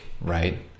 right